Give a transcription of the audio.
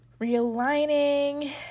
realigning